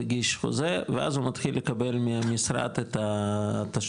הגיש חוזה ואז הוא מתחיל לקבל מהמשרד את התשלומים,